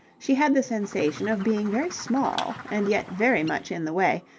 she had the sensation of being very small and yet very much in the way,